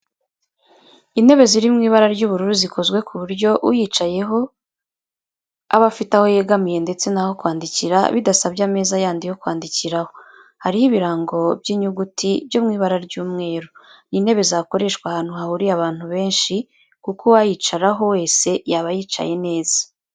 Intebe ziri mu ibara ry'ubururu zikozwe ku buryo uyicayeho aba afite aho yegamira ndetse naho kwandikira bidasabye ameza yandi yo kwandikiraho, hariho ibirango by'inyuguti byo mu ibara ry'umweru. Ni intebe zakoreshwa ahantu hahuriye abantu benshi kuko uwayicaraho wese yaba yicaye neza.